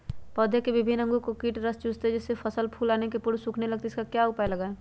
पौधे के विभिन्न अंगों से कीट रस चूसते हैं जिससे फसल फूल आने के पूर्व सूखने लगती है इसका क्या उपाय लगाएं?